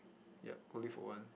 yup only for one